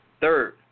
Third